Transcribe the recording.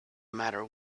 matter